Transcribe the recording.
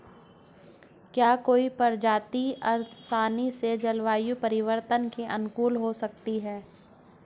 क्या कोई प्रजाति आसानी से जलवायु परिवर्तन के अनुकूल हो सकती है?